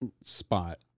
spot